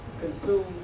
Consume